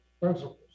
principles